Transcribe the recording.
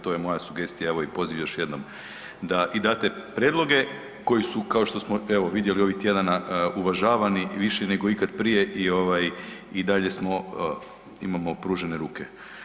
To je moja sugestija i poziv još jednom da i date prijedloge, koji su, kao što smo vidjeli ovih tjedana, uvažavani više nego ikad prije i ovaj, i dalje smo imamo pružene ruke.